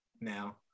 now